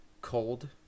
cold